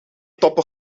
toppen